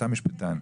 אתה משפטן,